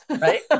Right